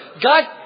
God